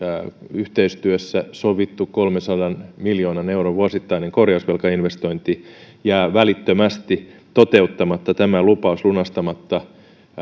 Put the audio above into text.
yhteistyössä sovittu kolmensadan miljoonan euron vuosittainen korjausvelkainvestointi jää välittömästi toteuttamatta tämä lupaus lunastamatta